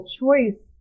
choice